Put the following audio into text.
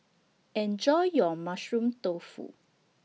Enjoy your Mushroom Tofu